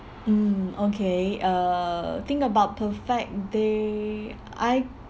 mm okay uh think about perfect day I